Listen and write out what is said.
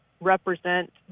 represent